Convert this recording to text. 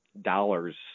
Dollars